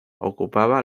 ocupaba